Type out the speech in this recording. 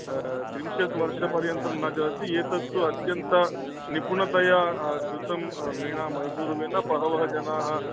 त्रिंशत् वर्षपर्यन्तं न चलति एतत्तु अत्यन्तनिपुणतया कृतं वीणा मैसूरुवीणा बहवः जनाः